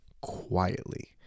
quietly